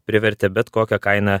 privertė bet kokia kaina